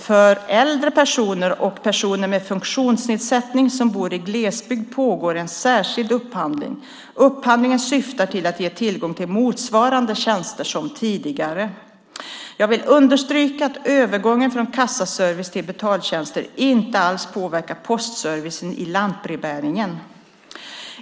För äldre personer och personer med funktionsnedsättning som bor i glesbygd pågår en särskild upphandling. Upphandlingen syftar till att ge tillgång till motsvarande tjänster som tidigare. Jag vill understryka att övergången från kassaservice till betaltjänster inte alls påverkar postservicen i lantbrevbäringen.